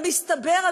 אבל מסתבר,